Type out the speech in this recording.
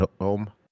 home